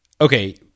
okay